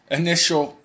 initial